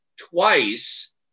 twice